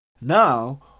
Now